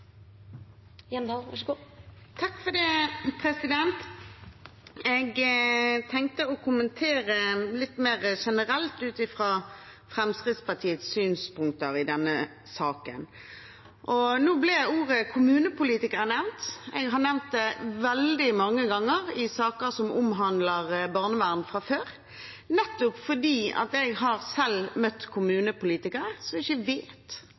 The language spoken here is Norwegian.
Jeg tenkte å kommentere litt mer generelt, ut fra Fremskrittspartiets synspunkter i denne saken. Nå ble ordet «kommunepolitikere» nevnt. Jeg har nevnt det veldig mange ganger før i saker som omhandler barnevern, fordi jeg selv har møtt kommunepolitikere som ikke vet at de har